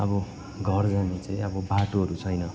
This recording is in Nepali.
अब घर जाने चाहिँ अब बाटोहरू छैन